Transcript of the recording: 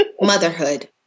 Motherhood